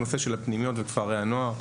הנושא של הפנימיות וכפרי הנוער,